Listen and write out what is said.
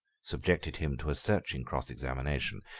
subjected him to a searching cross examination,